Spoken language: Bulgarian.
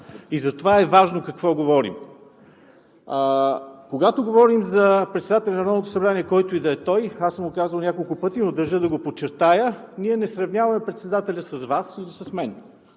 и затова е важно какво говорим. Когато говорим за председателя на Народното събрание, който и да е той, аз съм го казвал няколко пъти, но държа да го подчертая, ние не сравняваме председателя с Вас или с мен.